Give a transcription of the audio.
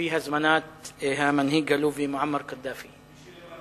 על-פי הזמנת המנהיג הלובי מועמר קדאפי.